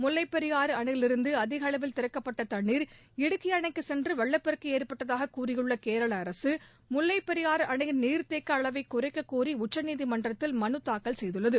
முல்லைப் பெரியாறு அணையிலிருந்து அதிக அளவில் திறக்கப்பட்ட தண்ணீர் இடுக்கி அணைக்கு சென்று வெள்ளப்பெருக்கு ஏற்பட்டதாக கூறியுள்ள கேரள அரசு முல்லைப் பெரியாறு அணையின் நீர்த்தேக்க அளவை குறைக்கக்கோரி உச்சநீதிமன்றத்தில் மனு தாக்கல் செய்துள்ளது